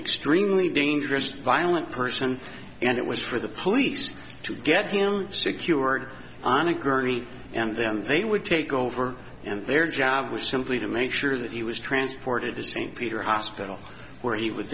extremely dangerous violent person and it was for the police to get him secured on a gurney and them they would take over and their job was simply to make sure that he was transported to st peter hospital where he w